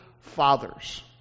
Fathers